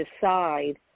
decide